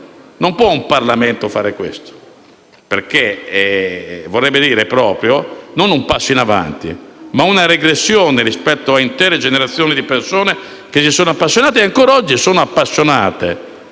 donne. Un Parlamento non può fare questo, perché vorrebbe dire non fare un passo in avanti, ma regredire rispetto ad intere generazioni di persone che si sono appassionate e ancora oggi sono appassionate,